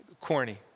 Corny